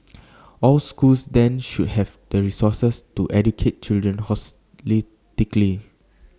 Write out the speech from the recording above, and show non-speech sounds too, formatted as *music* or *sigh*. all schools then should have the resources to educate children *unintelligible*